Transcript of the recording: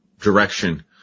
direction